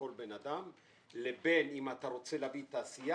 לכל בן אדם לבין אם אתה רוצה להביא תעשייה,